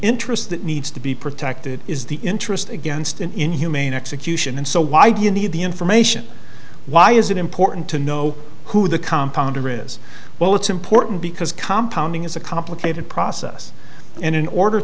interest that needs to be protected is the interest against an inhumane execution and so why do you need the information why is it important to know who the compound are is well it's important because compound is a complicated process and in order